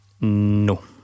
No